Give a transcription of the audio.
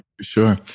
Sure